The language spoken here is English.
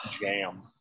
jam